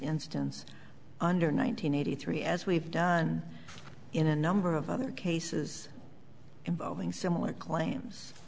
instance under nine hundred eighty three as we've done in a number of other cases involving similar claims